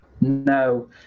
no